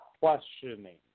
questioning